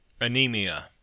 Anemia